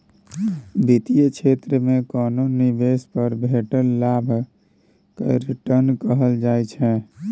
बित्तीय क्षेत्र मे कोनो निबेश पर भेटल लाभ केँ रिटर्न कहल जाइ छै